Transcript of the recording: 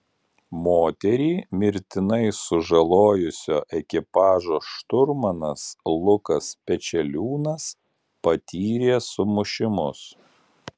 moterį mirtinai sužalojusio ekipažo šturmanas lukas pečeliūnas patyrė sumušimus